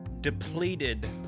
depleted